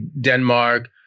Denmark